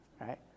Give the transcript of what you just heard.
right